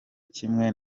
kimwe